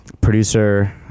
Producer